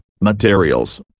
materials